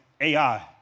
AI